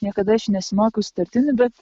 niekada aš nesimokiau sutartinių bet